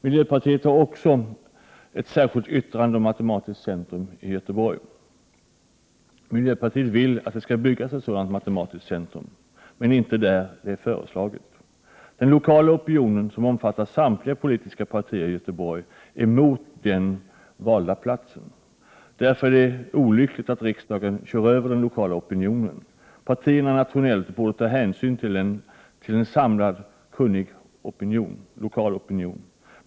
Miljöpartiet har också ett särskilt yttrande om ett matematiskt centrum i Göteborg. Miljöpartiet vill att ett sådant matematiskt centrum skall byggas men inte där det är föreslaget. Den lokala opinionen, som omfattar samtliga politiska partier i Göteborg, är emot den valda platsen. Därför är det olyckligt att riksdagen kör över den lokala opinionen. Partierna nationellt borde ta hänsyn till en samlad kunnig lokal opinion.